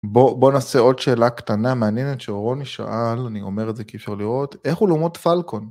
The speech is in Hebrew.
בוא בוא נעשה עוד שאלה קטנה מעניינת שרוני שאל אני אומר את זה כי אפשר לראות איך הוא לומד פלקון.